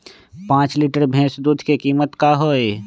पाँच लीटर भेस दूध के कीमत का होई?